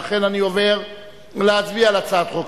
לכן אני עובר להצביע על הצעת חוק